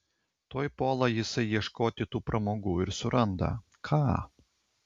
tuoj puola jisai ieškoti tų pramogų ir suranda ką